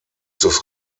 des